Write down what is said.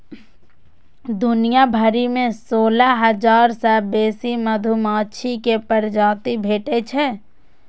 दुनिया भरि मे सोलह हजार सं बेसी मधुमाछी के प्रजाति भेटै छै